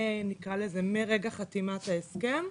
נקרא לזה, מרגע חתימת ההסכם,